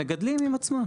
המגדלים עם עצמם.